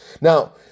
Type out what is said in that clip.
Now